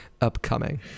upcoming